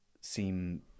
seem